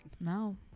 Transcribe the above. No